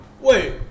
wait